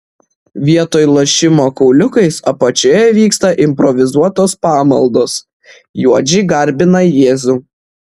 vietoj lošimo kauliukais apačioje vyksta improvizuotos pamaldos juodžiai garbina jėzų